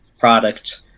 product